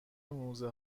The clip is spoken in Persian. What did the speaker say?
موزه